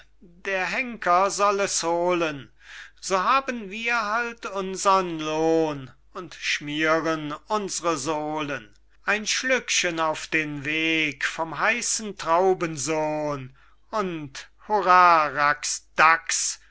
der henker soll es holen so haben wir halt unsern lohn und schmieren unsre sohlen ein schlückchen auf den weg vom heissen traubensohn und hura rax dax